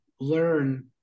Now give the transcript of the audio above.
learn